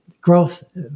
growth